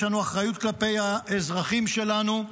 יש לנו אחריות כלפי האזרחים שלנו.